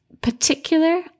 Particular